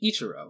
Ichiro